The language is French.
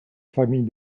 famille